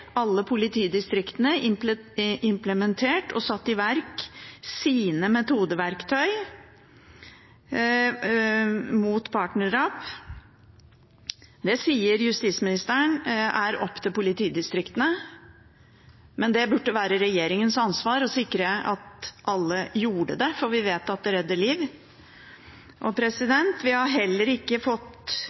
alle politidistriktene implementert og satt i verk sine metodeverktøy mot partnerdrap. Det sier justisministeren er opp til politidistriktene, men det burde være regjeringens ansvar å sikre at alle gjør det, for vi vet at det redder liv. Vi har heller ikke fått